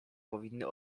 powinny